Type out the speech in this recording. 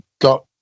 got